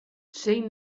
zein